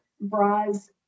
bras